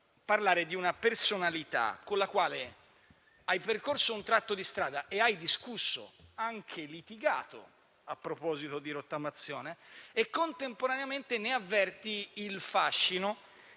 parlare di una personalità con la quale hai percorso un tratto di strada e hai discusso, anche litigato a proposito di rottamazione, e contemporaneamente ne avverti il fascino